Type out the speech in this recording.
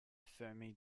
fermi